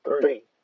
Three